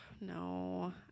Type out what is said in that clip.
no